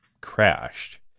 crashed